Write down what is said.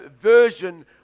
version